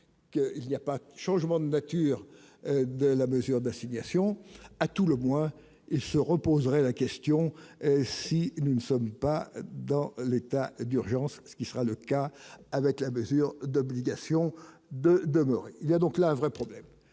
il n'y a pas changement de nature de la mesure d'assignation à tout le moins, et se reposerait la question : si nous ne sommes pas dans l'état d'urgence, ce qui sera le cas avec la mesure d'obligation de demeurer il y a donc là un vrai problème